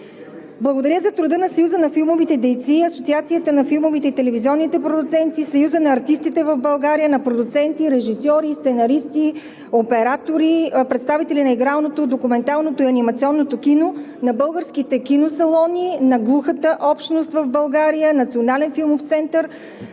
Благодаря за труда на Съюза на филмовите дейци, Асоциацията на филмовите и телевизионните продуценти, Съюза на артистите в България, на продуценти, режисьори и сценаристи, оператори, представители на игралното, документалното и анимационното кино, на българските киносалони, на глухата общност в България, Националния филмов център,